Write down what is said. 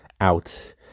out